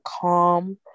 calm